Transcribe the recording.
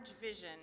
vision